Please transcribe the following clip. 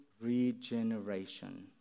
regeneration